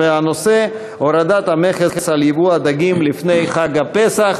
הנושא הוא: הורדת המכס על ייבוא הדגים לפני חג הפסח.